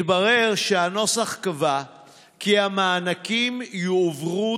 מתברר שהנוסח קבע כי המענקים יועברו